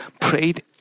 prayed